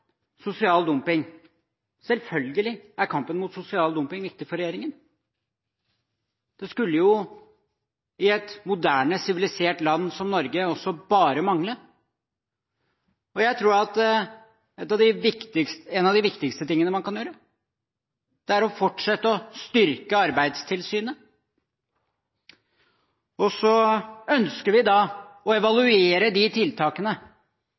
sosial dumping: Selvfølgelig er kampen mot sosial dumping viktig for regjeringen. Det skulle i et moderne, sivilisert land som Norge også bare mangle. Jeg tror at en av de viktigste tingene man kan gjøre, er å fortsette å styrke Arbeidstilsynet. Så ønsker vi å evaluere de tiltakene